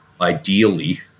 ideally